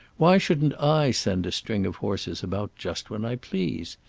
why shouldn't i send a string of horses about just when i please?